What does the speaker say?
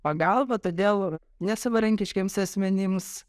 pagalba todėl nesavarankiškiems asmenims